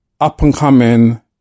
up-and-coming